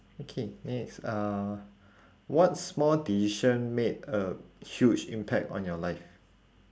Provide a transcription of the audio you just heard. okay next uh what small decision made a huge impact on your life